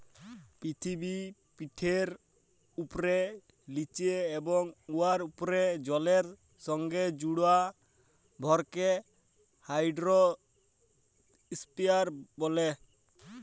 পিথিবীপিঠের উপ্রে, লিচে এবং উয়ার উপ্রে জলের সংগে জুড়া ভরকে হাইড্রইস্ফিয়ার ব্যলে